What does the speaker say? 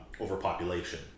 overpopulation